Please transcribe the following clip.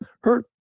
hurt